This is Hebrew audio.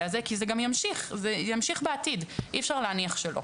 אבל כל מי שנכנס זכאי להליך